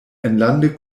enlande